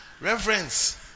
Reverence